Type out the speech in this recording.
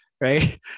right